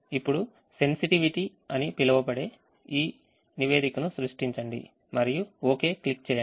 ఇప్పుడు sensitivity అని పిలువబడే ఈ నివేదికను సృష్టించండి మరియు సరే క్లిక్ చేయండి